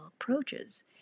approaches